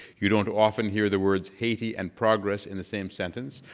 you don't often hear the words haiti and progress in the same sentence,